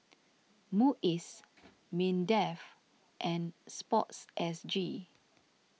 Muis Mindef and Sportsg